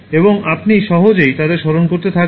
এবং আপনি সহজেই তাদের স্মরণ করতে থাকবেন